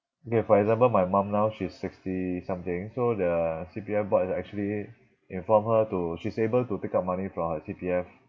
okay for example my mum now she's sixty something so the C_P_F board has actually informed her to she's able to take out money from her C_P_F